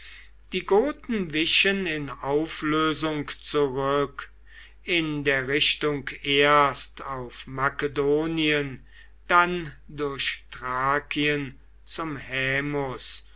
die goten wichen in auflösung zurück in der richtung erst auf makedonien dann durch thrakien zum